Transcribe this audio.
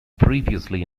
previously